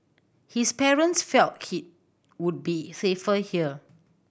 his parents felt he would be safer here